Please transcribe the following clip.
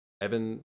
Evan